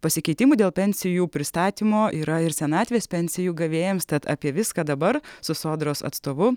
pasikeitimų dėl pensijų pristatymo yra ir senatvės pensijų gavėjams tad apie viską dabar su sodros atstovu